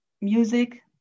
music